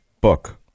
book